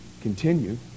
continue